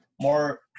more